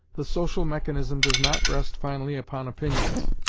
the social mechanism does not rest finally upon opinions,